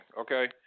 Okay